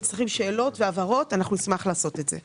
אם צריכים שאלות והבהרות, אנחנו נשמח לעשות את זה.